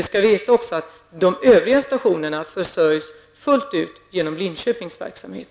Vi skall också veta att de övriga stationerna försörjs fullt ut genom Linköpings verksamhet.